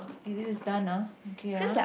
eh this is done ah okay ah